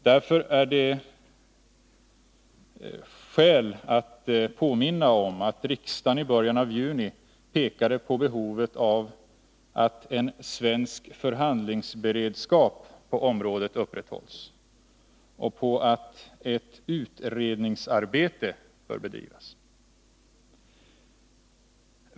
Därför finns det skäl att påminna om att riksdagen i början av juni pekade på behovet av att en svensk förhandlingsberedskap på området upprätthålls och på att ett utredningsarbete bör bedrivas.